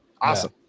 awesome